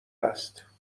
است